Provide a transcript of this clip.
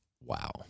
wow